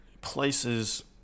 places